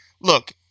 look